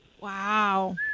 Wow